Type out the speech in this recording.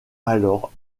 alors